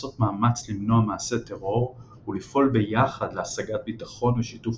לעשות מאמץ למנוע מעשי טרור ולפעול ביחד להשגת ביטחון ושיתוף